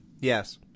Yes